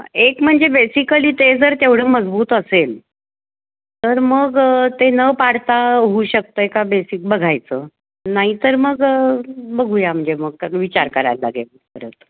एक म्हणजे बेसिकली ते जर तेवढं मजबूत असेल तर मग ते न पाडता होऊ शकतं आहे का बेसिक बघायचं नाही तर मग बघूया म्हणजे मग का विचार करायला लागेल परत